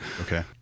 Okay